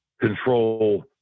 control